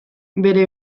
bere